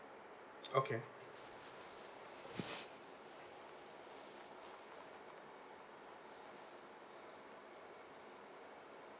okay